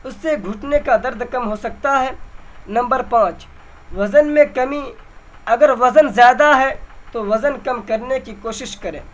اس سے گھٹنے کا درد کم ہو سکتا ہے نمبر پانچ وزن میں کمی اگر وزن زیادہ ہے تو وزن کم کرنے کی کوشش کریں